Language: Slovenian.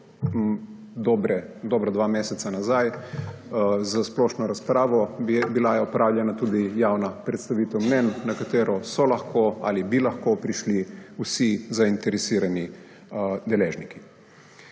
dobra dva meseca nazaj s splošno razpravo, bila je opravljena tudi javna predstavitev mnenj, na katero so lahko ali bi lahko prišli vsi zainteresirani deležniki.